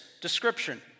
description